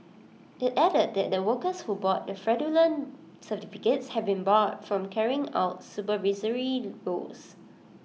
IT added that the workers who bought the fraudulent certificates have been barred from carrying out supervisory roles